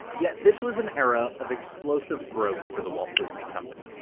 yeah this was an era of explosive growth for the walt disney company.